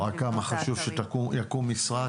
רואה כמה חשוב שיקום משרד.